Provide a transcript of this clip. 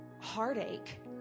heartache